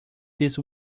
this